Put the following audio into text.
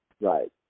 right